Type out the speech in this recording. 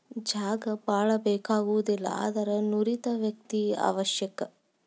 ಜಾಗಾ ಬಾಳ ಬೇಕಾಗುದಿಲ್ಲಾ ಆದರ ನುರಿತ ವ್ಯಕ್ತಿ ಅವಶ್ಯಕ